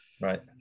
right